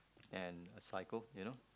and a cycle you know